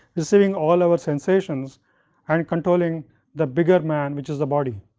is saving all our sensations and controlling the bigger man, which is the body.